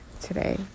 today